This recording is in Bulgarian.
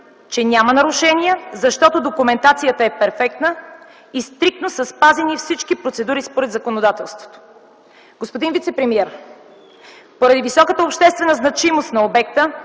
че няма нарушения, защото документацията е перфектна и стриктно са спазени всички процедури според законодателството. Господин вицепремиер, поради високата обществена значимост на обекта